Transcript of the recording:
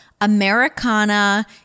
Americana